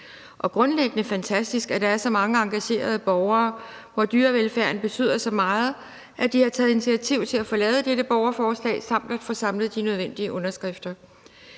Og grundlæggende er det fantastisk, at der er så mange engagerede borgere, hvor dyrevelfærden betyder så meget, at de har taget initiativ til at få lavet dette borgerforslag samt at få samlet de nødvendige underskrifter.